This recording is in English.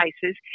cases